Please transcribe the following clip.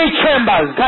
chambers